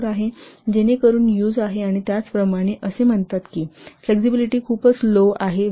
24 आहे आणि त्याचप्रमाणे असे म्हणतात की फ्लेक्सिबिलिटी खूपच लो आहे 5